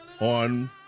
on